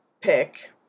pick